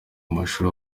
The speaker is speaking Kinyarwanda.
amashuri